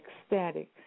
ecstatic